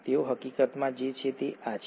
તેઓ હકીકતમાં જે છે તે આ છે